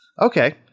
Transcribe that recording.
Okay